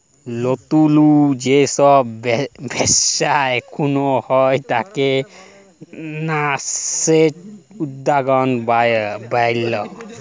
লতুল যে সব ব্যবচ্ছা এখুন হয়ে তাকে ন্যাসেন্ট উদ্যক্তা ব্যলে